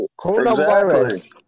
Coronavirus